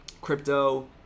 crypto